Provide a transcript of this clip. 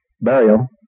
burial